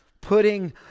putting